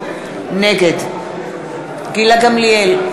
נגד גילה גמליאל,